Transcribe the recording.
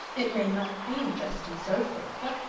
it may not be just and so forth, but,